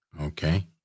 okay